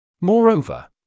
Moreover